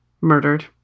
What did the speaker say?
Murdered